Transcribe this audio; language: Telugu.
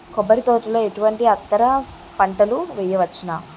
కొబ్బరి తోటలో ఎటువంటి అంతర పంటలు వేయవచ్చును?